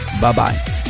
bye-bye